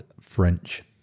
French